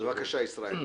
בבקשה, ישראל.